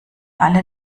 alle